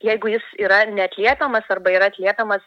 jeigu jis yra neatliepiamas arba yra atliepiamas